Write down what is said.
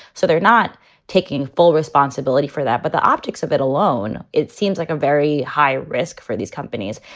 so they're not taking full responsibility for that. but the optics of it alone, it seems like a very high risk for these companies.